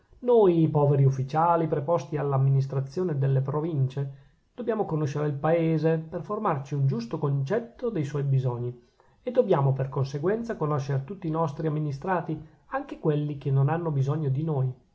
noi poveri ufficiali preposti alla amministrazione delle provincie dobbiamo conoscere il paese per formarci un giusto concetto dei suoi bisogni e dobbiamo per conseguenza conoscer tutti i nostri amministrati anche quelli che non hanno bisogno di noi